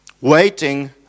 Waiting